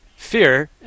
Fear